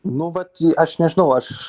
nu vat aš nežinau aš